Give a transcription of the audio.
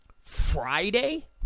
Friday